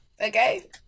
okay